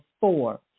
four